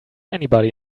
anybody